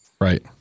right